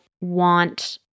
want